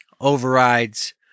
overrides